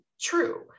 true